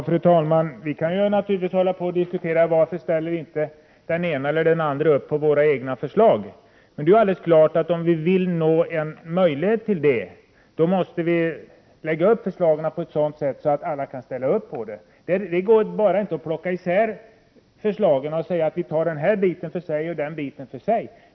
Fru talman! Vi kan naturligtvis diskutera varför den ena eller den andra inte ställer upp på våra förslag. Men det är klart att om man vill uppnå det måste man lägga upp förslagen på ett sådant sätt att alla kan ställa upp på dem. Det går inte att bara plocka isär förslagen och säga att man tar varje bit för sig — alltsammans hör ihop.